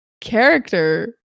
character